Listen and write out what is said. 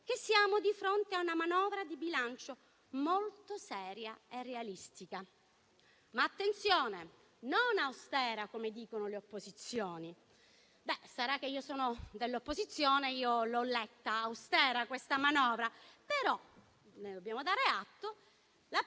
che siamo di fronte a una manovra di bilancio molto seria e realistica; attenzione, non austera, come dicono le opposizioni. Beh, sarà che io sono dell'opposizione e l'ho letta austera questa manovra, però - ne dobbiamo dare atto